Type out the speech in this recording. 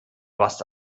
warst